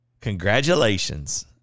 congratulations